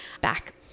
back